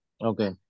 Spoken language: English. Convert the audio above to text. Okay